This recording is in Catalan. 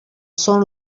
són